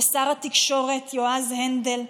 לשר התקשורת יועז הנדל,